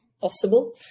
possible